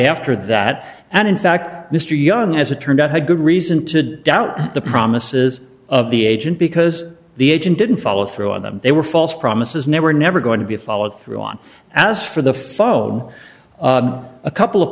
after that and in fact mr young as it turned out had good reason to doubt the promises of the agent because the agent didn't follow through on them they were false promises never never going to be followed through on asked for the phone a couple of